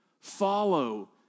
Follow